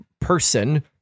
person